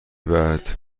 بعد